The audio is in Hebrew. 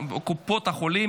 קבועים),